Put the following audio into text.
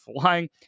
flying